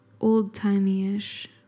old-timey-ish